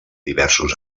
diversos